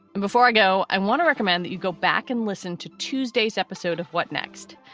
and before i go, i want to recommend that you go back and listen to tuesdays episode of what next?